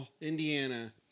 Indiana